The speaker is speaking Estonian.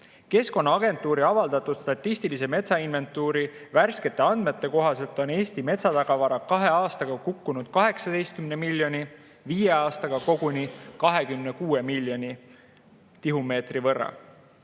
Keskkonnaagentuuri avaldatud statistilise metsainventuuri värskete andmete kohaselt on Eesti metsatagavara kahe aastaga kukkunud 18 miljoni, viie aastaga koguni 26 miljoni tihumeetri võrra.